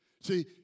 See